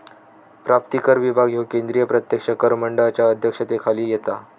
प्राप्तिकर विभाग ह्यो केंद्रीय प्रत्यक्ष कर मंडळाच्या अध्यक्षतेखाली येता